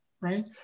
right